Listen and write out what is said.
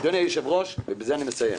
אדוני היושב-ראש, ובזה אני מסיים,